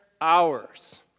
hours